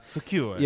secure